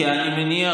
כי אני מניח,